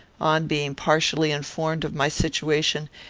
on being partially informed of my situation,